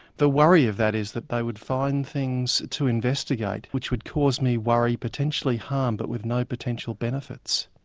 the worry of that is that they would find things to investigate which would cause me worry, potentially harm, but with no potential benefits.